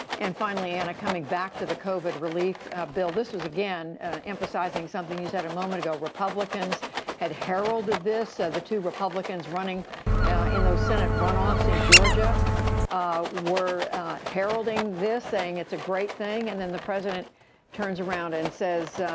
and finally, anna, coming back to the covid relief bill, this was again emphasizing something you said a moment ago. republicans had heralded this. the two republicans running in those senate run-offs in georgia were heralding this, saying it's a great thing. and then the president turns around and says,